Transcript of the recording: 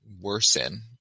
worsen